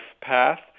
path